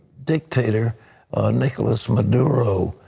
dictator nicolas maduro.